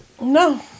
No